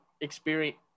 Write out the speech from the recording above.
experience